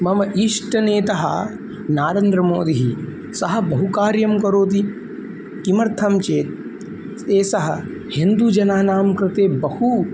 मम इष्टः नेता नरेन्द्रमोदी सः बहु कार्यं करोति किमर्थं चेत् एषः हिन्दुजनानां कृते बहु